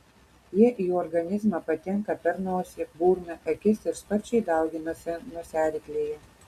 jie į organizmą patenka per nosį burną akis ir sparčiai dauginasi nosiaryklėje